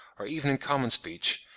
or even in common speech,